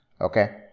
Okay